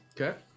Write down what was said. Okay